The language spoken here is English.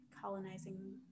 colonizing